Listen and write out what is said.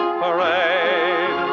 parade